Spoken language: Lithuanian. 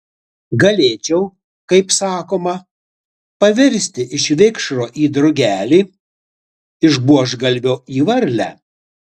galėčiau kaip sakoma pavirsti iš vikšro į drugelį iš buožgalvio į varlę